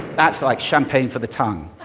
that's like champagne for the tongue.